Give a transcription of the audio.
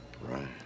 Right